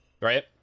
Right